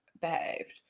behaved